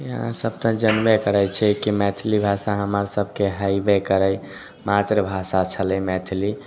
अहाँ सब तऽ जनबे करैत छियै की मैथिली भाषा हमर सबके हेबे करै मातृभाषा छलै मैथिली